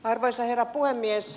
arvoisa herra puhemies